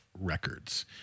records